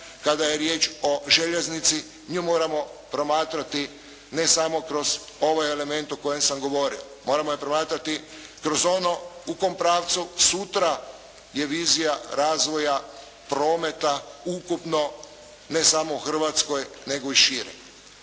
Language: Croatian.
kada je riječ o željeznici nju moramo promatrati ne samo kroz ovaj element o kojem sam govorio. Moramo je promatrati kroz ono u kom pravcu sutra je vizija razvoja prometa ukupno ne samo u Hrvatskoj nego i šire.